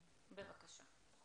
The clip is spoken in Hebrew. בבקשה.